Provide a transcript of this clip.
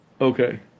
Okay